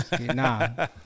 Nah